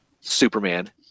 Superman